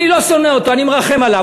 אני לא שונא אותו, אני מרחם עליו.